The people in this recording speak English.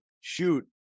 shoot